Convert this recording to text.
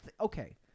Okay